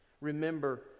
Remember